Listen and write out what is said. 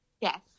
yes